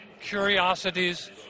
curiosities